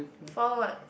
four marks